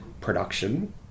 production